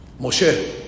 Moshe